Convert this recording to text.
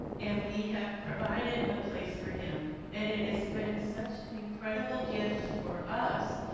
and we have provided a place for him, and it has been such an incredible gift for us,